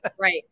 Right